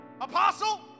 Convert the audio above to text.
Apostle